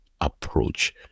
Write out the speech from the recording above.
approach